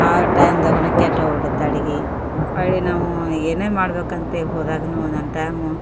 ಆ ಟೈಮ್ದಾಲ್ಲಿನೂ ಕೆಟ್ಟೋಗಿ ಬಿಡುತ್ತೆ ಅಡುಗೆ ಹೊಳ್ಳಿ ನಾವೂ ಏನೇ ಮಾಡ್ಬೇಕಂತಾ ಹೋದಾಗ್ಲೂ ಒಂದೊಂದು ಟೈಮು